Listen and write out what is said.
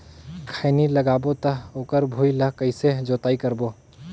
खैनी लगाबो ता ओकर भुईं ला कइसे जोताई करबो?